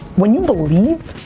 when you believe,